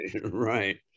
Right